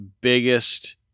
biggest